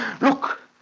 Look